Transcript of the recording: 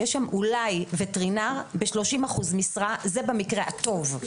יש שם אולי וטרינר ב-30% משרה וזה במקרה הטוב.